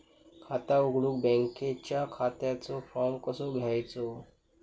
खाता उघडुक बँकेच्या खात्याचो फार्म कसो घ्यायचो?